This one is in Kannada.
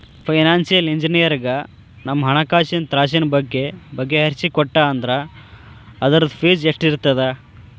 ಫೈನಾನ್ಸಿಯಲ್ ಇಂಜಿನಿಯರಗ ನಮ್ಹಣ್ಕಾಸಿನ್ ತ್ರಾಸಿನ್ ಬಗ್ಗೆ ಬಗಿಹರಿಸಿಕೊಟ್ಟಾ ಅಂದ್ರ ಅದ್ರ್ದ್ ಫೇಸ್ ಎಷ್ಟಿರ್ತದ?